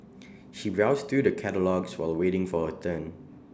she browsed through the catalogues while waiting for her turn